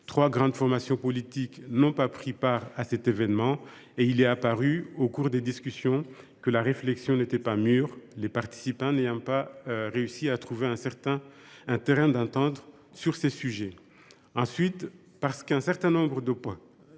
Trois grandes formations politiques n’ont pas pris part à cet événement et il est apparu, au cours des discussions, que la réflexion n’était pas mûre, les participants n’ayant pas réussi à trouver un terrain d’entente sur ces sujets. Il ne l’atteint pas, ensuite, parce qu’un certain nombre de dispositions